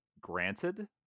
granted